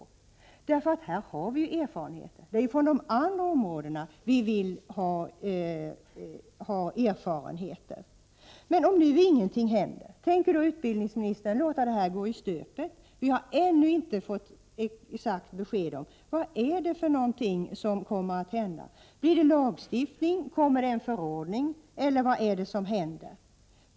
Det är från dessa områden som vi har erfarenheter, det är från de andra områdena som vi vill skaffa oss erfarenheter. Men om nu ingenting händer, tänker då utbildningsministern låta detta försök gå i stöpet? Vi har ännu inte fått ett exakt besked om vad som kommer att hända. Blir det lagstiftning, kommer det en förordning eller vad kommer att hända?